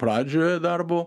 pradžioje darbo